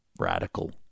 Radical